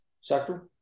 sector